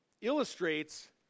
illustrates